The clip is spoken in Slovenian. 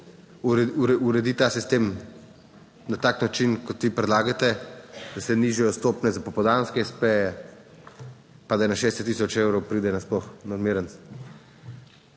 uredi ta sistem na tak način kot vi predlagate, da se nižajo stopnje za popoldanske espeje, pa da na 60000 evrov pride na sploh normiranec.